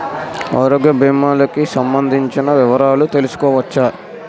ఆరోగ్య భీమాలకి సంబందించిన వివరాలు తెలుసుకోవచ్చా?